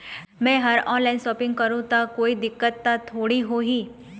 मैं हर online shopping करू ता कोई दिक्कत त थोड़ी होही?